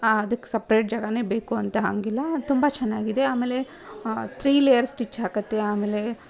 ಅದಕ್ಕೆ ಸಪ್ರೇಟ್ ಜಾಗನೇ ಬೇಕು ಅಂತ ಹಾಗಿಲ್ಲ ತುಂಬ ಚೆನ್ನಾಗಿದೆ ಆಮೇಲೆ ತ್ರೀ ಲೇಯರ್ಸ್ ಸ್ಟಿಚ್ ಹಾಕುತ್ತೆ ಆಮೇಲೆ